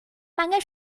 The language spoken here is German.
mangel